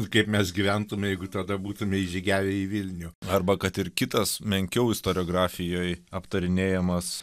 kaip mes gyventume jeigu tada būtume įžygiavę į vilnių arba kad ir kitas menkiau istoriografijoj aptarinėjamas